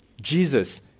Jesus